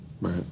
Right